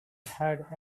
herd